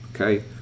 Okay